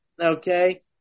okay